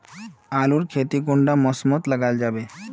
आलूर खेती कुंडा मौसम मोत लगा जाबे?